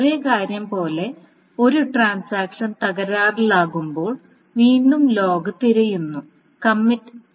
ഒരേ കാര്യം പോലെ ഒരു ട്രാൻസാക്ഷൻ തകരാറിലാകുമ്പോൾ വീണ്ടും ലോഗ് തിരയുന്നു കമ്മിറ്റ് ടി